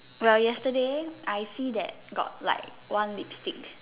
well yesterday I see that got like one lipstick